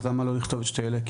למה לא לכתוב את שתי אלה?